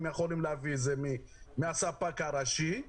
יכולים להביא את זה מהספק הראשי,